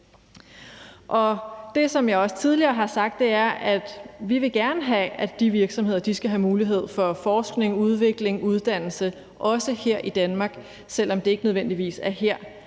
at vi gerne vil have, at de virksomheder skal have mulighed for forskning, udvikling, uddannelse, også her i Danmark, selv om det ikke nødvendigvis er her,